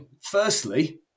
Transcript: firstly